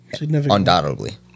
Undoubtedly